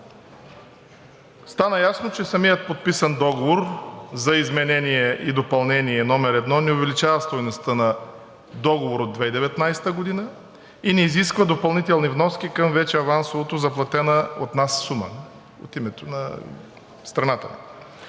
Стана ясно, че самият подписан договор за изменение и допълнение № 1 не увеличава стойността на Договора от 2019 г. и не изисква допълнителни вноски към вече авансово заплатената от нас сума, от името на страната